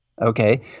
Okay